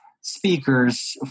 speakers